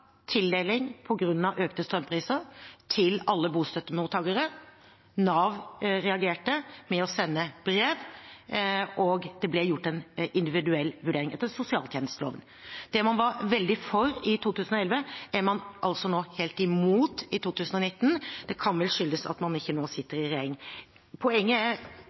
tildeling på grunn av økte strømpriser til alle bostøttemottakere. Nav reagerte med å sende brev, og det ble gjort en individuell vurdering etter sosialtjenesteloven. Det man var veldig for i 2011, er man altså helt imot i 2019. Det kan vel skyldes at man ikke nå sitter i regjering. Poenget er